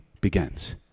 begins